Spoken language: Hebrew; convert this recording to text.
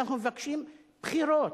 ואנחנו מבקשים בחירות.